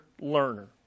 learner